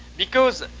because,